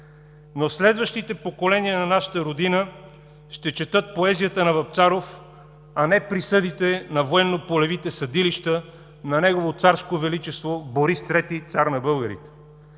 Но следващите поколения на нашата Родина ще четат поезията на Вапцаров, а не присъдите на военно-полевите съдилища на Негово царско Величество Борис III – цар на българите.